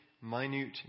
minute